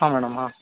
ಹಾಂ ಮೇಡಮ್ ಹಾಂ